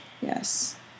Yes